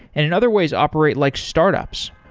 and in other ways operate like startups.